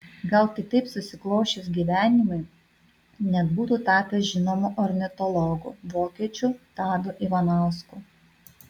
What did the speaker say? gal kitaip susiklosčius gyvenimui net būtų tapęs žinomu ornitologu vokiečių tadu ivanausku